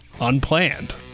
unplanned